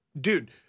Dude